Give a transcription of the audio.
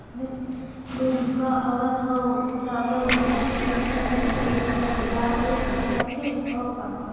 मैं विधवा औरत हवं त मै समाजिक सुरक्षा पेंशन योजना ले लाभ ले सकथे हव का?